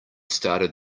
started